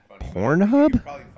Pornhub